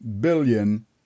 billion